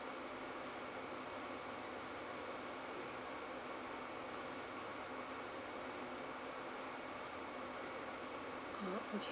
oh okay